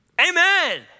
Amen